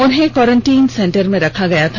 उन्हें quarantine centre में रखा गया था